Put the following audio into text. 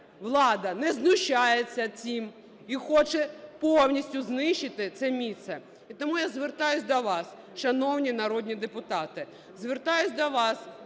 влада не… знущається цим і хоче повністю знищити це місце. І тому я звертаюсь до вас, шановні народні депутати,